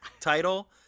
title